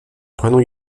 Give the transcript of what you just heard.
prenons